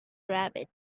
rabbits